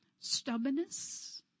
stubbornness